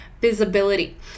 visibility